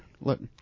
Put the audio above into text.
look